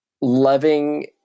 loving